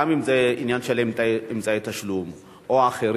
גם אם זה עניין של אמצעי תשלום או אחרים?